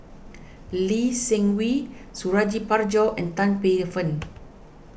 Lee Seng Wee Suradi Parjo and Tan Paey Fern